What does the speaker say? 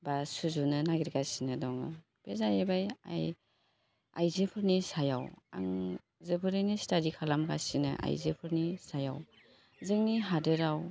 बा सुजुनो नागिरगासिनो दं बे जाहैबाय आइजोफोरनि सायाव आं जोबोरैनो स्टाडि खालामगासिनो आइजोफोरनि सायाव जोंनि हादराव